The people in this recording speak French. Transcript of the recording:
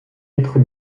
être